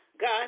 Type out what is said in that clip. God